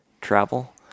travel